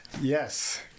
Yes